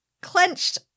clenched